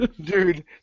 Dude